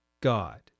God